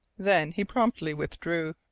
then he promptly withdrew.